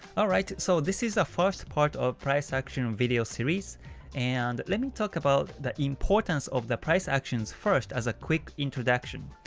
alright, so this is the first part of price action and video series and let me talk about the importance of the price actions first as a quick introduction.